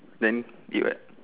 then eat what